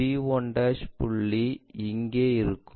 b 1 புள்ளி இங்கே இருக்கும்